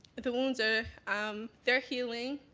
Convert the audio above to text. the wounds are um they're healing,